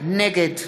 נגד